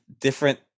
different